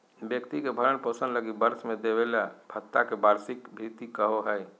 व्यक्ति के भरण पोषण लगी वर्ष में देबले भत्ता के वार्षिक भृति कहो हइ